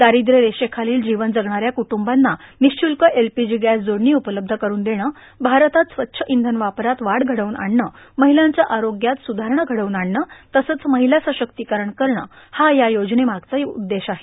दारिद्व्यरेषेखालील जीवन जगणाऱ्या क्ट्रंबांना निःश्रल्क एलपीजी गॅस जोडणी उपलब्ध करून देणं भारतात स्वच्छ इंधन वापरात वाढ घडवून आणणं महिलांच्या आरोग्यात सुधारणा घडवून आणणं तसंच महिला सशक्तीकरण करणं हा या योजनेमागचा उद्देश आहे